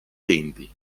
denti